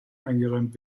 eingeräumt